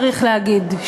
צריך להגיד,